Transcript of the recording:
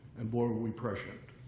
and boy we prescient.